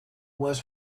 was